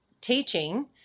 teaching